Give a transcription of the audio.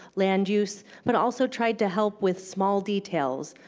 land use, but also tried to help with small details,